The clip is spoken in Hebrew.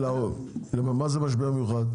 מה זה משבר מיוחד?